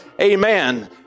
amen